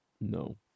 No